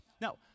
Now